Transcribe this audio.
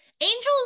angels